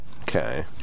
Okay